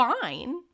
fine